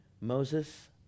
Moses